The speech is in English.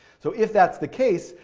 so if that's the case,